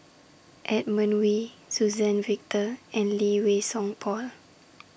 Edmund Wee Suzann Victor and Lee Wei Song Paul